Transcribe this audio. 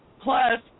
Plus